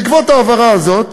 בעקבות ההבהרה הזאת